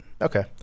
Okay